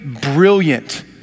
brilliant